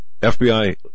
FBI